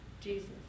Jesus